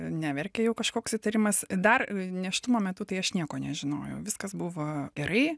neverkė jau kažkoks įtarimas dar nėštumo metu tai aš nieko nežinojau viskas buvo gerai